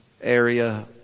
area